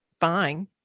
fine